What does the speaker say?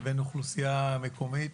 לבין האוכלוסייה המקומית.